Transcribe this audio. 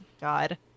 God